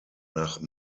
nach